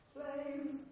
Flames